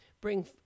bring